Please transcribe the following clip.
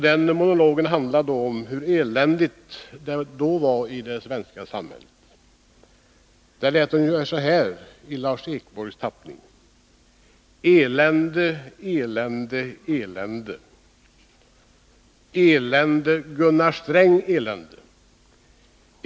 Den monologen handlade om hur eländigt det då var i vårt samhälle och det lät ungefär så här i Lars Ekborgs tappning: ”Elände, elände, elände-Gunnar Sträng-elände.